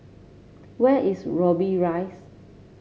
where is Robbie Rise